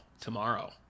tomorrow